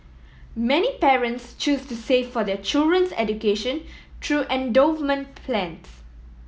many parents choose to save for their children's education through endowment plans